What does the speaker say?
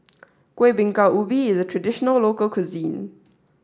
Kueh Bingka Ubi is a traditional local cuisine